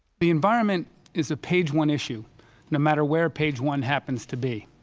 the environment is a page one issue no matter where page one happens to be.